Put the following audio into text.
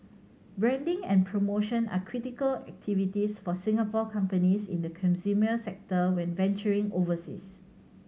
branding and promotion are critical activities for Singapore companies in the consumer sector when venturing overseas